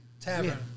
tavern